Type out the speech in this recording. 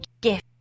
gift